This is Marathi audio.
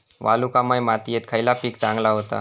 वालुकामय मातयेत खयला पीक चांगला होता?